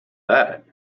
that